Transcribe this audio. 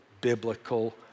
biblical